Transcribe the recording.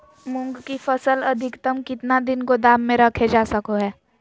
मूंग की फसल अधिकतम कितना दिन गोदाम में रखे जा सको हय?